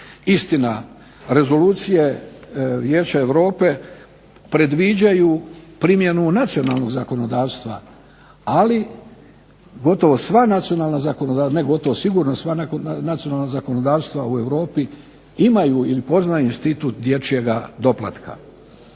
Istina, rezolucije Vijeća Europe predviđaju primjenu nacionalnog zakonodavstva, ali gotovo sva nacionalna zakonodavstva, ne gotovo, sigurno sva nacionalna zakonodavstva u Europi imaju ili poznaju institut dječjega doplatka.